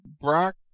Brock